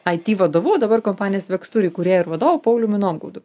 aiti vadovu o dabar kompanijos vekstur įkūrėju ir vadovu pauliumi nomgaudu